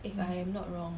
if I am not wrong